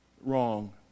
Wrong